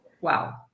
Wow